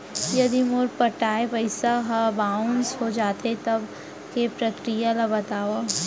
यदि मोर पटाय पइसा ह बाउंस हो जाथे, तब के प्रक्रिया ला बतावव